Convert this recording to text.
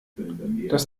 das